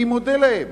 אני מודה להם.